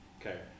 Okay